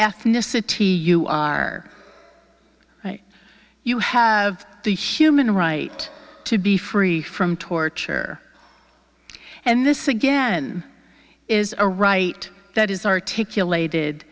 ethnicity you are right you have the human right to be free from torture and this again is a right that is articulated